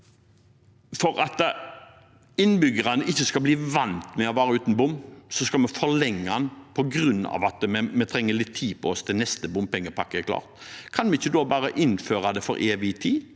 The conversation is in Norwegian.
for at innbyggerne ikke skal bli vant til å være uten bom, skal vi forlenge den, fordi vi trenger litt tid på oss før neste bompengepakke er klar? Kan vi ikke da bare innføre det til evig tid?